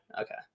Okay